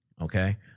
okay